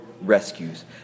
rescues